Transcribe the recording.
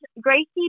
gracie